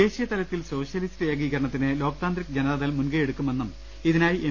ദേശീയതലത്തിൽ സോഷ്യലിസ്റ്റ് ഏകീകരണത്തിന് ലോക് താന്ത്രിക് ജനതാദൾ മുൻകൈ എടുക്കുമെന്നും ഇതിനായി എം